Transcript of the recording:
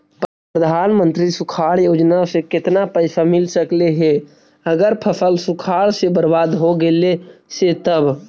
प्रधानमंत्री सुखाड़ योजना से केतना पैसा मिल सकले हे अगर फसल सुखाड़ से बर्बाद हो गेले से तब?